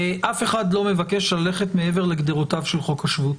אף אחד לא מבקש ללכת מעבר לגדרותיו של חוק השבות,